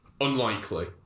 Unlikely